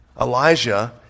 Elijah